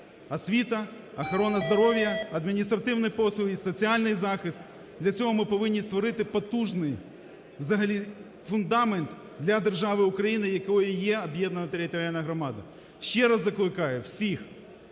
освіта, охорона здоров'я, адміністративні послуги, соціальний захист. Для цього ми повинні створити потужний, взагалі, фундамент для держави України, якою є об'єднана територіальна громада. Ще раз закликаю всіх